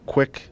Quick